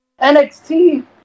NXT